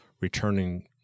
returning